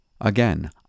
Again